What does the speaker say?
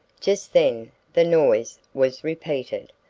just then the noise was repeated,